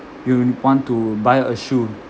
you would want to buy a shoe